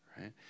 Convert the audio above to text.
right